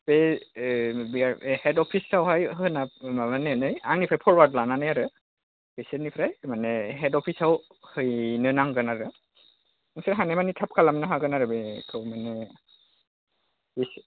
ऐ बि हेड अफिसावहाय होना माबानानै आंनिफ्राय फर्वार्ड लानानै आरो बिसोरनिफ्राय माने हेड अफिसाव हैनो नांगोन आरो नोंसोर हानायमानि थाब खालामनो हागोन आरो बेखौ माने बेसो